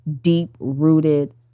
deep-rooted